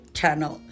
channel